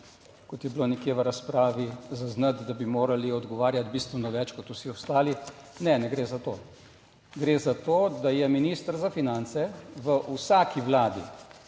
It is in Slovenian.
kot je bilo nekje v razpravi zaznati, da bi morali odgovarjati bistveno več kot vsi ostali. Ne, ne gre za to, gre za to, da je minister za finance v vsaki vladi